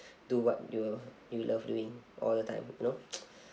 do what yoo you love doing all the time